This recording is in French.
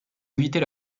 éviter